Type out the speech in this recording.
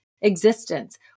existence